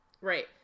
Right